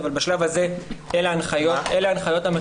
אבל בשלב הזה אלה ההנחיות החייבות.